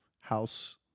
house